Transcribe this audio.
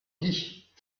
guye